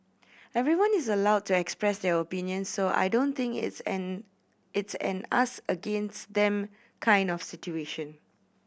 everyone is allowed to express their opinions so I don't think it's an it's an us against them kind of situation